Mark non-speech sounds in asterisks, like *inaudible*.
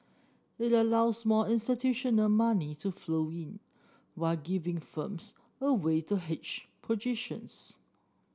it allows more institutional money to flow in while giving firms a way to hedge *unintelligible*